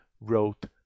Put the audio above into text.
wrote